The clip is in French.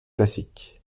classique